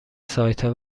سایتها